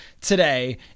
today